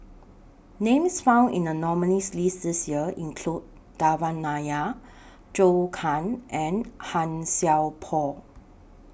Names found in The nominees' list This Year include Devan Nair Zhou Can and Han Sai Por